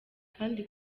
kandi